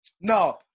No